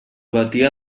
batia